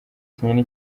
cyanjye